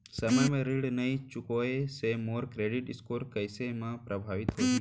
समय म ऋण नई चुकोय से मोर क्रेडिट स्कोर कइसे म प्रभावित होही?